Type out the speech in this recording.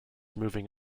moving